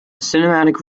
cinematic